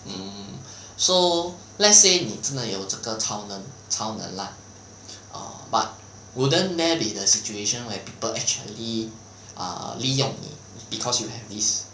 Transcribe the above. hmm so let's say 你真的有这个超能超能 lah err but wouldn't there be the situation where people actually err 利用你 because you have this